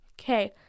Okay